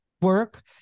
work